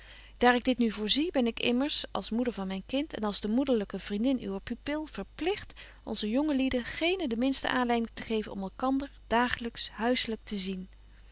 daar ik dit nu voorzie ben ik immers als moeder van myn kind en als de moederlyke vriendin uwer pupil verpligt onze jonge lieden geene de minste aanleiding te geven om elkander dagelyks huisselyk te zien